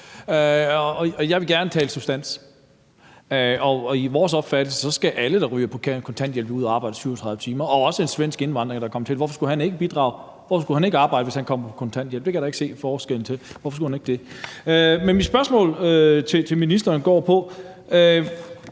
Jeg vil gerne tale substans, og efter vores opfattelse skal alle, der ryger på kontanthjælp, ud at arbejde 37 timer, også en svensk indvandrer, der er kommet hertil. Hvorfor skulle han ikke bidrage? Hvorfor skulle han ikke arbejde, hvis han kom på kontanthjælp? Der kan jeg da ikke se en forskel. Hvorfor skulle han ikke det? Nu debatterede vi